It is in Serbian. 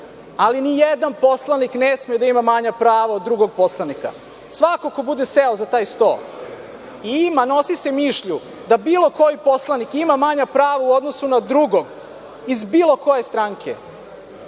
ali ni jedan poslanik ne sme da ima manja prava od drugog poslanika. Svako ko bude seo za taj sto i nosi se mišlju da bilo koji poslanik ima manja prava u odnosu na drugog iz bilo koje stranke,